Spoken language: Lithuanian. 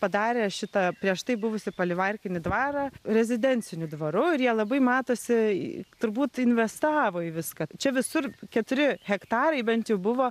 padarė šitą prieš tai buvusį palivarkinį dvarą rezidenciniu dvaru ir jie labai matosi turbūt investavo į viską čia visur keturi hektarai bent jau buvo